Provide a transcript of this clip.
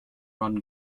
run